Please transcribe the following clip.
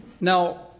Now